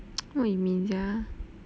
what you mean sia